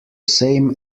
same